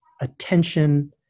attention